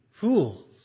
fools